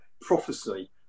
prophecy